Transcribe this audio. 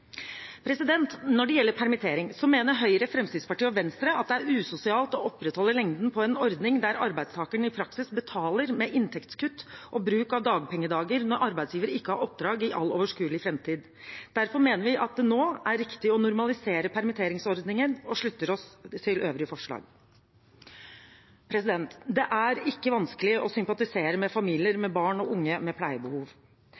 Når det gjelder permittering, mener Høyre, Fremskrittspartiet og Venstre at det er usosialt å opprettholde lengden på en ordning der arbeidstakeren i praksis betaler med inntektskutt og bruk av dagpengedager når arbeidsgiver ikke har oppdrag i all overskuelig framtid. Derfor mener vi at det nå er riktig å normalisere permitteringsordningen, og slutter oss til øvrige forslag. Det er ikke vanskelig å sympatisere med familier